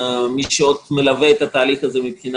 ומי שעוד מלווה את התהליך הזה מבחינה